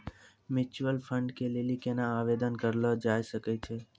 Mutual fund के लेली केना आवेदन करलो जाय सकै छै?